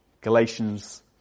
Galatians